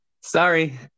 Sorry